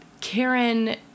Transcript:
Karen